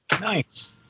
Nice